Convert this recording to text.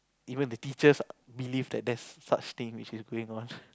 even the teachers believe that there's such thing which is going on